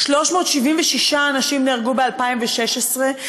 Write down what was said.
376 אנשים נהרגו ב-2016,